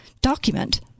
document